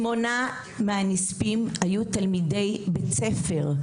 שמונה מהנספים היו תלמידי בית ספר.